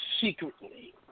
secretly